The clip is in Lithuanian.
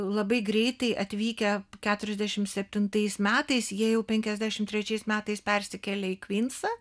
labai greitai atvykę keturiasdešimt septintais metais jie jau penkiasdešimt trečiais metais persikėlė į vincą